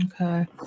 Okay